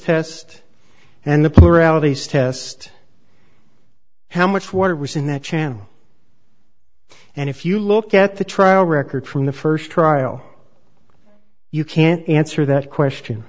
pluralities test how much water was in that channel and if you look at the trial record from the first trial you can't answer that question